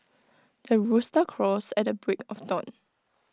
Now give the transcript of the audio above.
the rooster crows at the break of dawn